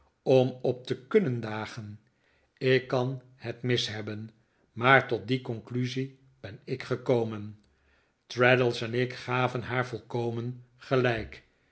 om op te kunnen dagen ik kan het mis hebben maar tot die conclusie ben ik gekomen traddles en ik gaven haar volkomen gelijk